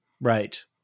Right